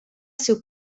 seu